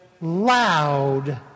loud